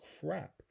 crap